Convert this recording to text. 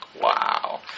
wow